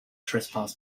trespass